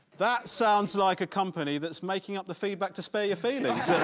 that sounds like a company that's making up the feedback to spare your feelings.